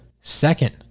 Second